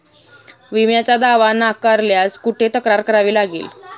विम्याचा दावा नाकारल्यास कुठे तक्रार करावी लागेल?